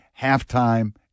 halftime